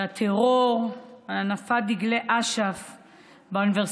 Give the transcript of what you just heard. על הטרור, על הנפת דגלי אש"ף באוניברסיטאות,